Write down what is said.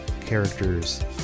characters